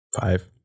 five